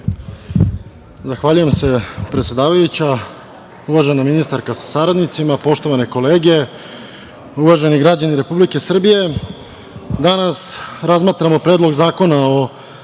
Zahvaljujem se predsedavajuća. Uvažena ministarko, sa saradnicima, poštovane kolege, uvaženi građani Republike Srbije, danas razmatramo Predlog zakona o